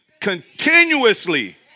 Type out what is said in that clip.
continuously